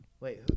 Wait